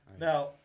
Now